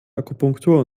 akupunktur